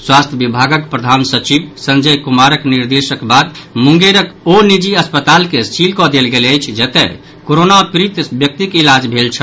स्वास्थ्य विभागक प्रधान सचिव संजय कुमारक निर्देशक बाद मुंगेरक ओ निजी अस्पताल के सील कऽ देल गेल अछि जतय कोरोना पीड़ित व्यक्तिक इलाज भेल छल